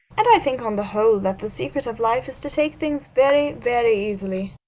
and i think on the whole that the secret of life is to take things very, very easily.